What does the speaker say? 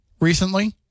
recently